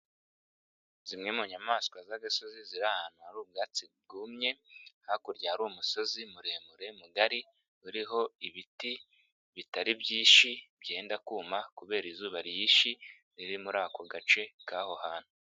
Zimwe mu nyamaswa z'agasozi ziri ahantu hari ubwatsi bwumye hakurya hari umusozi muremure mugari uriho ibiti bitari byishi byenda kuma kubera izuba ryinshi riri muri ako gace k'aho hantu.